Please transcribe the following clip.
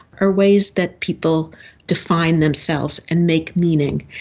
are ways that people define themselves and make meaning,